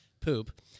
poop